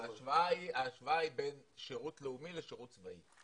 לא, ההשוואה היא בין שירות לאומי לשירות צבאי.